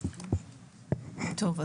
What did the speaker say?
טוב,